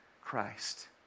Christ